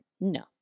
no